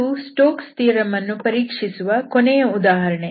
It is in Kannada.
ಇದು ಸ್ಟೋಕ್ಸ್ ಥಿಯರಂ Stoke's Theoremಅನ್ನು ಪರೀಕ್ಷಿಸುವ ಕೊನೆಯ ಉದಾಹರಣೆ